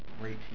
great